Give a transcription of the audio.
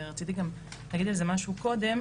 רציתי גם להגיד על זה משהו קודם.